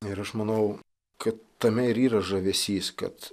ir aš manau kad tame ir yra žavesys kad